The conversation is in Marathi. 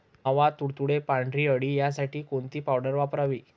मावा, तुडतुडे, पांढरी अळी यासाठी कोणती पावडर वापरावी?